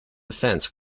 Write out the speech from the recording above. offense